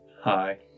Hi